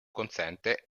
consente